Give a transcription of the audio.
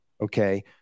okay